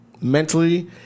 mentally